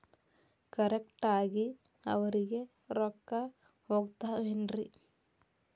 Correct ಆಗಿ ಅವರಿಗೆ ರೊಕ್ಕ ಹೋಗ್ತಾವೇನ್ರಿ?